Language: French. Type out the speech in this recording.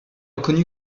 reconnue